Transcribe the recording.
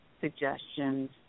suggestions